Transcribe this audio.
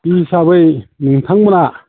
बे हिसाबै नोंथांमोना